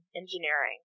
engineering